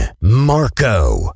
Marco